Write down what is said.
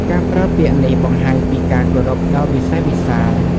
ការប្រើពាក្យនេះបង្ហាញពីការគោរពដ៏វិសេសវិសាល។